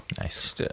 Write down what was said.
Nice